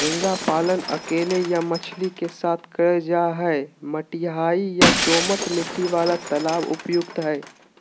झींगा पालन अकेले या मछली के साथ करल जा हई, मटियाही या दोमट मिट्टी वाला तालाब उपयुक्त हई